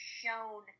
shown